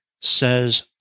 says